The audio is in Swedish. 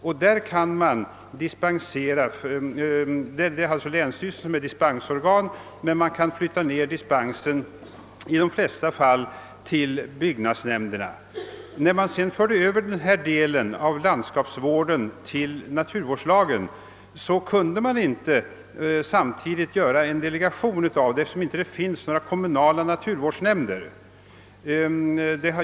Länsstyrelsen hade dispensrätt, men dispensrätten kunde i de flesta fall flyttas ned till byggnadsnämnderna. När man sedan förde över denna del av landskapsvården till naturvårdslagen kunde man inte föreskriva något om möjligheterna att delegera dispensrätten, eftersom det inte finns några kommunala naturvårdsnämnder.